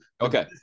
okay